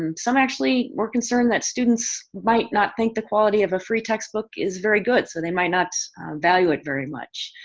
um some actually we're concerned that students might not think the quality of a free textbook is very good so they might not value it very much.